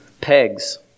pegs